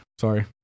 sorry